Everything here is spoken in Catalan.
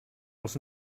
els